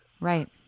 Right